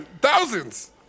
thousands